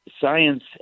science